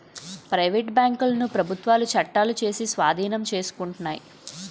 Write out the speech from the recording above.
private బ్యాంకులను ప్రభుత్వాలు చట్టాలు చేసి స్వాధీనం చేసుకుంటాయి